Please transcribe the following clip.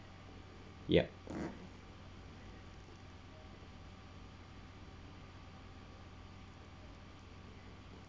yup